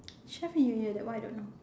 chef in your ear that one I don't know